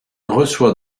reçoit